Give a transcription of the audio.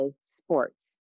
sports